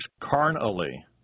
carnally